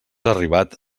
arribat